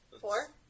four